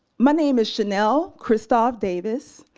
my name is chanel krzysztof davis.